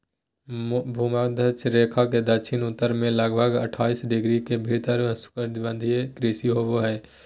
भूमध्य रेखा के दक्षिण उत्तर में लगभग अट्ठाईस डिग्री के भीतर उष्णकटिबंधीय कृषि होबो हइ